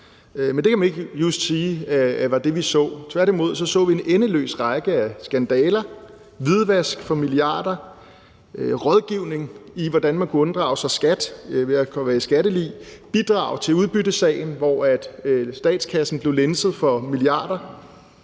men det kan man ikke just sige var det, vi så. Tværtimod så vi en endeløs række af skandaler: hvidvask for milliarder; rådgivning i, hvordan man kunne unddrage sig skat ved at komme i skattely; bidrag til udbyttesagen, hvor statskassen blev lænset for milliarder